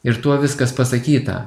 ir tuo viskas pasakyta